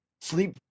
sleep